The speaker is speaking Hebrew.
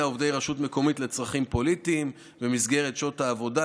ובעובדי רשות מקומית לצרכים פוליטיים במסגרת שעות העבודה,